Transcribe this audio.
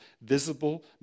visible